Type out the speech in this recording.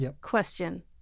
question